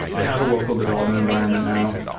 they have a local development environment now.